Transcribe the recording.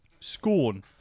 scorn